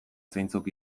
zeintzuk